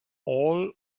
all